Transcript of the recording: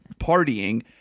partying